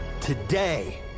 today